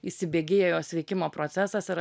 įsibėgėja jo sveikimo procesas ir